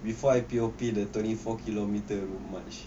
before I P_O_P the twenty four K_M not much